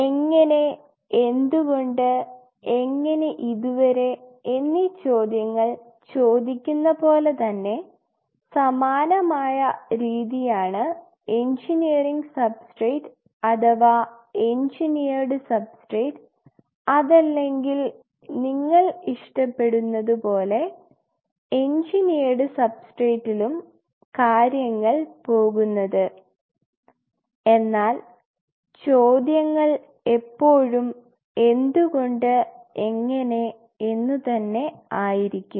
എങ്ങനെ എന്തുകൊണ്ട് എങ്ങനെ ഇതുവരെ എന്നീ ചോദ്യങ്ങൾ ചോദിക്കുന്ന പോലെ തന്നെ സമാനമായ രീതിയാണ് ആണ് എൻജിനീയറിങ് സബ്സ്ട്രേറ്റ് അഥവാ എൻജിനീയട് സബ്സ്ട്രേറ്റ് അതല്ലെങ്കിൽ നിങ്ങൾ ഇഷ്ടപ്പെടുന്ന പോലെ എൻജിനീയട് സബ്സ്ട്രേറ്റ്റ്റിലും കാര്യങ്ങൾ പോകുന്നത് എന്നാൽ ചോദ്യങ്ങൾ എപ്പോഴും എന്തുകൊണ്ട് എങ്ങനെ എന്നു തന്നെ ആയിരിക്കും